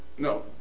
No